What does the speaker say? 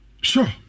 Sure